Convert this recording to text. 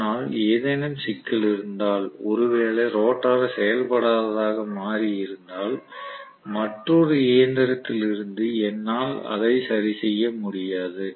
ஆனால் ஏதேனும் சிக்கல் இருந்தால் ஒருவேளை ரோட்டார் செயல்படாததாக மாறியிருந்தால் மற்றொரு இயந்திரத்தில் இருந்து என்னால் அதை சரிசெய்ய முடியாது